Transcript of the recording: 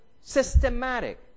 systematic